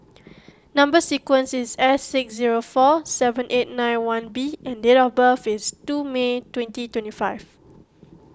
Number Sequence is S six zero four seven eight nine one B and date of birth is two May twenty twenty five